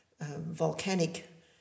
volcanic